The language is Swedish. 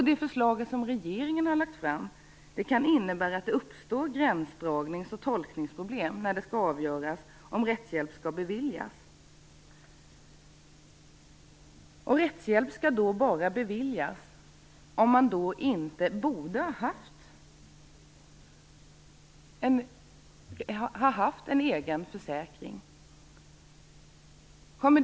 Det förslag som regeringen har lagt fram kan innebära att det uppstår gränsdragnings och tolkningsproblem när det skall avgöras om rättshjälp skall beviljas. Rättshjälp skall alltså bara beviljas om man inte borde ha haft en egen försäkring.